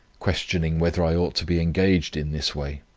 questioning whether i ought to be engaged in this way,